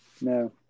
No